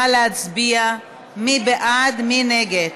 נא להצביע, מי בעד, מי נגד?